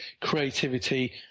creativity